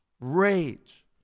rage